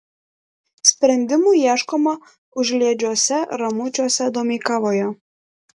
sprendimų ieškoma užliedžiuose ramučiuose domeikavoje